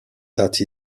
that